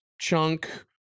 chunk